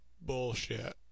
bullshit